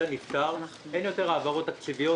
לא נפתר אין יותר העברות תקציביות,